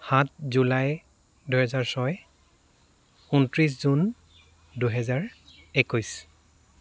সাত জুলাই দুহেজাৰ ছয় ঊনত্ৰিছ জুন দুহেজাৰ একৈছ